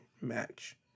match